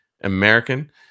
American